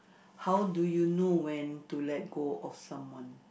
how do you know when to let go of someone